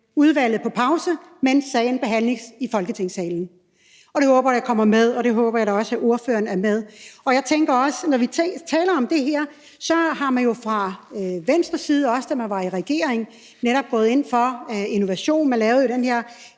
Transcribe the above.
udvalgsmødet på pause, mens sagen behandles i Folketingssalen. Det håber jeg kommer med, og det håber jeg da også ordføreren er med på. Jeg tænker også, at når vi taler om det her, så gik man jo fra Venstres side, også da man var i regering, netop ind for innovation. Man lavede jo de her